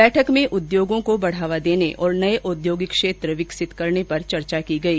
बैठक में उद्योगों को बढावा देने और नये औद्योगिक क्षेत्र विकसित करने पर चर्चा की गई